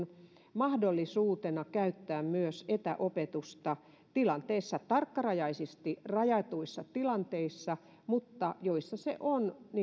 mahdollisuutena käyttää myös etäopetusta tilanteissa tarkkarajaisesti rajatuissa tilanteissa joissa se on